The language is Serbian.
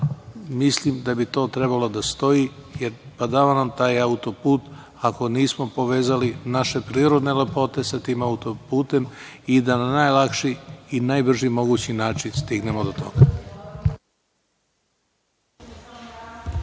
mislim da bi to trebalo da stoji. Jer, badava nam taj auto-put ako nismo povezali naše prirodne lepote sa tim auto-putem i da na najlakši i najbrži mogući način stignemo do toga.